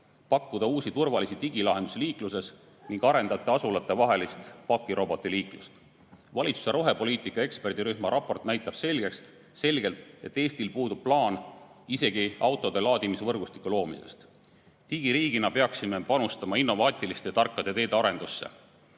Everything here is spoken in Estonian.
pakkuda uusi turvalisi digilahendusi liikluses ning arendada asulatevahelist pakirobotiliiklust. Valitsuse rohepoliitika eksperdirühma raport näitab selgelt, et Eestil puudub plaan isegi autode laadimisvõrgustiku loomiseks. Digiriigina peaksime panustama innovaatiliste tarkade teede arendusse